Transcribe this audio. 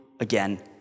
again